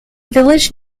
village